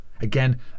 Again